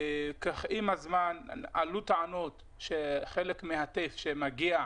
עם הזמן עלו טענות שחלק מהטף שמגיע,